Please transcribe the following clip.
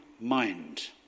mind